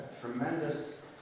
tremendous